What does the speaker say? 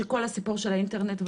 שכל הסיפור של האינטרנט,